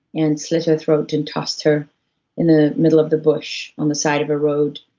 and slit her throat, and tossed her in the middle of the bush on the side of a road,